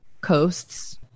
coasts